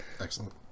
Excellent